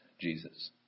Jesus